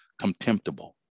contemptible